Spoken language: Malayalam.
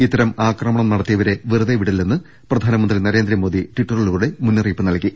ഇത്തരം ആക്രമണം നടത്തി യവരെ വെറുതെ വിടില്ലെന്ന് പ്രധാനമന്ത്രി നരേന്ദ്രമോദി ട്വിറ്ററിലൂടെ മുന്നറി യിപ്പ് നൽകി